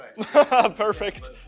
perfect